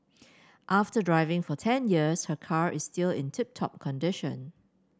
after driving for ten years her car is still in tip top condition